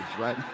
right